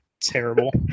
Terrible